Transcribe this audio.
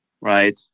right